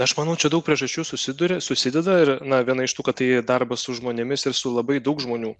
aš manau čia daug priežasčių susiduri susideda ir na viena iš tų kad tai darbas su žmonėmis ir su labai daug žmonių